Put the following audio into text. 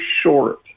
short